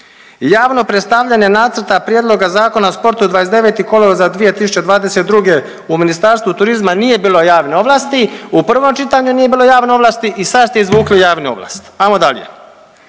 javno predstavljanje Nacrta prijedloga Zakona o sportu 29. kolovoza 2022. u Ministarstvu turizma nije bilo javne ovlasti, u prvom čitanju nije bilo javne ovlasti i sad ste izvukli javne ovlasti.